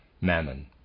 Mammon